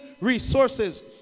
resources